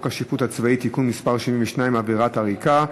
השיפוט הצבאי (תיקון מס' 72) (עבירת עריקה),